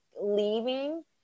leaving